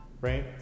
right